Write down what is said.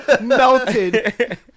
melted